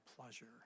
pleasure